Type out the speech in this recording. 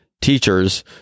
teachers